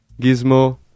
Gizmo